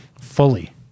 fully